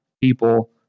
people